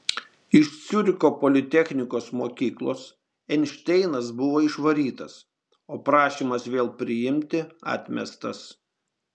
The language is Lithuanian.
iš ciuricho politechnikos mokyklos einšteinas buvo išvarytas o prašymas vėl priimti atmestas